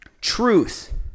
Truth